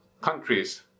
countries